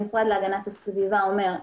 המשרד להגנת הסביבה אומר,